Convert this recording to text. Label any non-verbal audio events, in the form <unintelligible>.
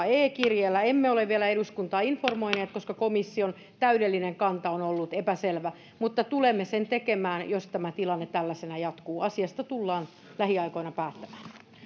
<unintelligible> e kirjeellä emme ole vielä eduskuntaa informoineet koska komission täydellinen kanta on ollut epäselvä mutta tulemme sen tekemään jos tämä tilanne tällaisena jatkuu asiasta tullaan lähiaikoina päättämään